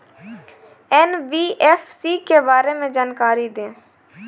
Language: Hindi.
एन.बी.एफ.सी के बारे में जानकारी दें?